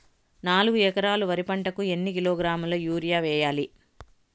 నాలుగు ఎకరాలు వరి పంటకి ఎన్ని కిలోగ్రాముల యూరియ వేయాలి?